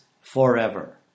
forever